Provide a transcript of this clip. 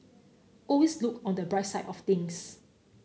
always look on the bright side of things